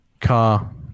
car